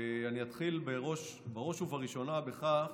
ואני אתחיל בראש ובראשונה בכך